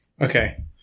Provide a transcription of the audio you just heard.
Okay